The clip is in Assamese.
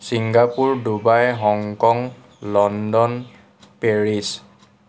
Singapore Dubai Hong Kong London Paris